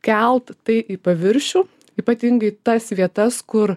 kelt tai į paviršių ypatingai tas vietas kur